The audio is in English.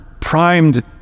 primed